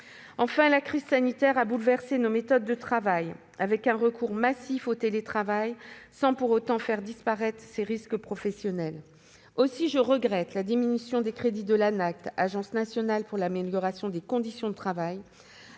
Enfin, la crise sanitaire a bouleversé nos méthodes de travail, entraînant un recours massif au télétravail sans pour autant faire disparaître les risques professionnels. Aussi, je regrette la diminution des crédits de l'Agence nationale pour l'amélioration des conditions de travail